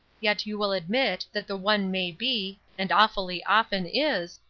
yet you will admit that the one may be, and awfully often is,